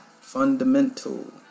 fundamental